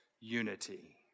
unity